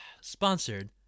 Sponsored